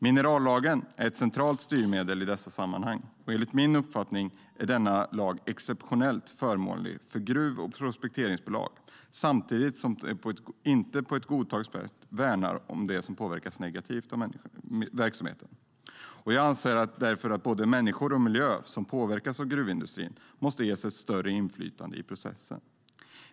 Minerallagen är ett centralt styrmedel i dessa sammanhang, och enligt min uppfattning är denna lag exceptionellt förmånlig för gruv och prospekteringsbolag samtidigt som den inte på ett godtagbart sätt värnar det som påverkas negativt av verksamheten. Jag anser därför att både människor och miljö som påverkas av gruvindustrin måste ges ett större inflytande över processen.